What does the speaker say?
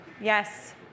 Yes